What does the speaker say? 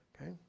Okay